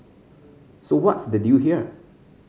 so what's the deal here